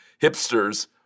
hipsters